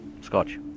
Scotch